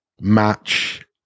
match